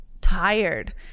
tired